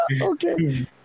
Okay